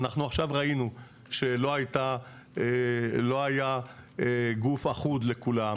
אנחנו עכשיו ראינו שלא היה גוף אחוד לכולם,